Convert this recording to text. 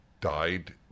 died